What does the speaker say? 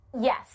yes